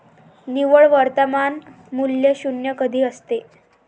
निव्वळ वर्तमान मूल्य शून्य कधी असते?